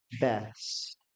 best